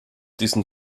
diesen